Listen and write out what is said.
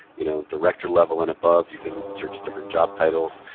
you know, director level and above, you can search different job titles.